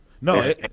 No